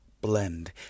Blend